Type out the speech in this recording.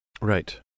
right